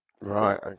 Right